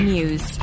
News